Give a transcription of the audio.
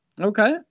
Okay